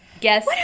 Guess